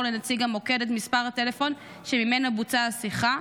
לנציג המוקד את מספר הטלפון שממנו בוצעה השיחה.